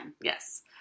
Yes